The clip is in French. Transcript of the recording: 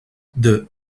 deux